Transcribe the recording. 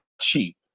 cheap